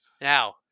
Now